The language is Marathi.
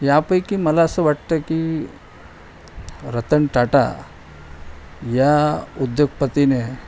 यापैकी मला असं वाटतं की रतन टाटा या उद्योगपतीने